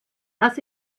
das